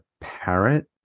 parrot